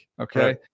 Okay